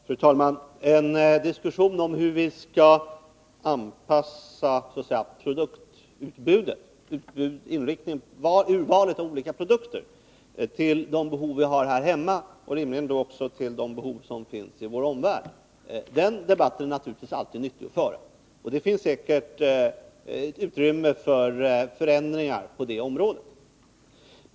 Fru talman! En diskussion om hur vi skall anpassa urvalet av olika produkter till de behov som vi har här hemma, och rimligen då också till de behov som finns i vår omvärld, är naturligtvis alltid nyttig att föra. Och det finns säkert utrymme för förändringar på det området.